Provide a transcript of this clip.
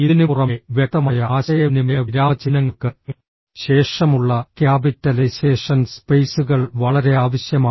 ഇതിനുപുറമെ വ്യക്തമായ ആശയവിനിമയ വിരാമചിഹ്നങ്ങൾക്ക് ശേഷമുള്ള ക്യാപിറ്റലൈസേഷൻ സ്പെയ്സുകൾ വളരെ ആവശ്യമാണ്